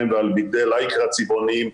לייקרה צבעוניים,